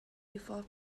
before